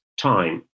time